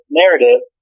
narrative